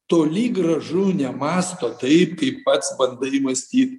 toli gražu nemąsto taip kaip pats bandai mąstyt